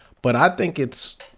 but i think it's,